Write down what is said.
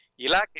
Ila